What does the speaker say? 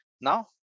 now